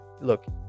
Look